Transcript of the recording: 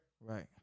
Right